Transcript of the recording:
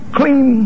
clean